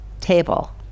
table